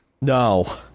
No